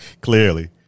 Clearly